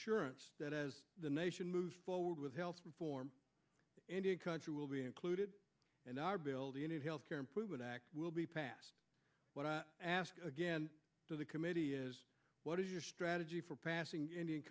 assurance that as the nation moves forward with health reform indian country will be included in our building health care improvement act will be passed what i ask again to the committee is what is your strategy for passing